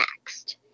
next